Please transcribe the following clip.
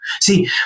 See